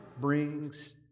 brings